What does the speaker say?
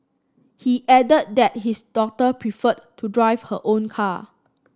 he added that his daughter preferred to drive her own car